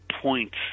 points